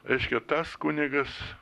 reiškia tas kunigas